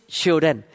children